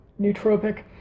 nootropic